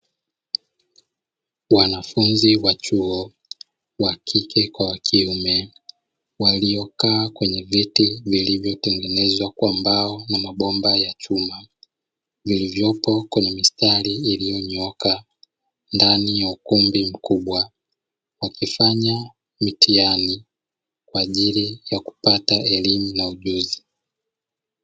Wanafunzi wa chuo wa kike kwa wa kiume waliokaa kwenye viti vilivyotengenezwa kwa mbao na mabomba ya chuma. Vilivyopo kwenye mistari iliyonyooka ndani ya ukumbi mkubwa. Wakifanya mitihani kwa ajili ya kupata elimu na ujuzi.